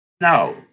No